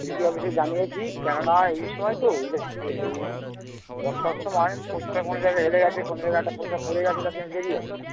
electric অফিসে জানিয়েছি কেননা এই সময় তো ইলেকট্রিক এই বর্ষার সময় পোস্টার কোনো জায়গায় হেলে গেছে কোনো জায়গায় একটা পোস্টার পড়ে গেছে তার জন্য দেরি হবে